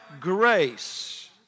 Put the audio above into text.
grace